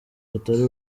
rutari